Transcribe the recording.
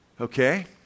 okay